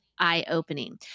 eye-opening